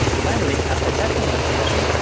finally, after accepting the permission,